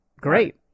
Great